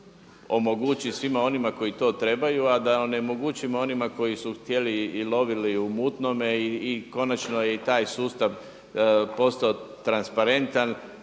omogući svima onima koji to trebaju, a da onemogućimo onima koji su htjeli i lovili u mutnome i konačno je i taj sustav postao transparentan.